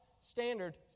standard